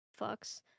fucks